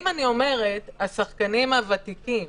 אם אני אומרת שהשחקנים הוותיקים